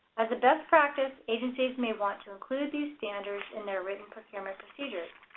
as a best practice, agencies may want to include these standards in their written procurement procedures.